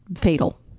fatal